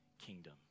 kingdom